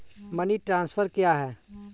Money transfer क्या है?